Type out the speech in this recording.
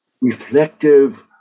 reflective